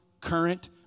current